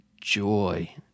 joy